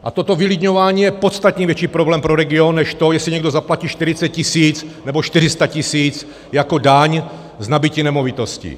A toto vylidňování je podstatně větší problém pro region než to, jestli někdo zaplatí 40 tisíc nebo 400 tisíc jako daň z nabytí nemovitosti.